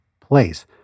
place